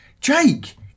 Jake